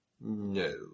No